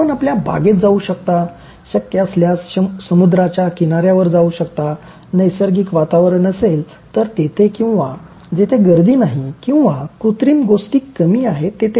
आपण आपल्या बागेत जाऊ शकता शक्य असल्यास समुद्राच्या किनाऱ्यावर जाऊ शकता नैसर्गिक वातावरण असेल तर तेथे किंवा जेथे गर्दी नाही किंवा कृत्रिम गोष्टी कमी आहेत तेथे जा